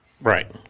Right